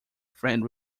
friend